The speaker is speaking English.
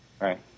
Right